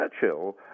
Churchill